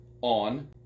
on